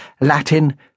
Latin